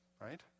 Right